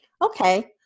Okay